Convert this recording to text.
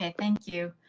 and thank you.